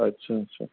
अछा अछा